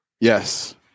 Yes